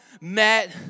met